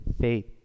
faith